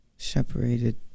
Separated